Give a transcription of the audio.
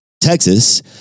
Texas